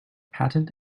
patent